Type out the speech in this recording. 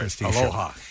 Aloha